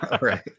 right